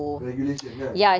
regulation kan